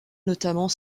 notamment